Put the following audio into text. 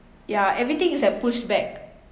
ya everything is like pushed back